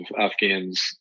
Afghans